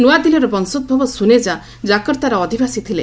ନୂଆଦିଲ୍ଲୀର ବଂଶୋଭବ ସୁନେକା ଜାକର୍ତ୍ତାର ଅଧିବାସୀ ଥିଲେ